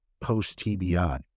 post-TBI